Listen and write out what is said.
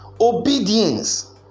obedience